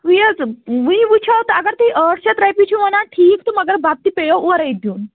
ییٚلہِ ژٕ وٕنۍ وٕچھو تہٕ اَگر تُہۍ ٲٹھ شیٚتھ رۄپیہِ چھُ وَنان ٹھیٖک تہٕ مگر بَتہٕ تہٕ پیٚیَو اورَے دیُن